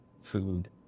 food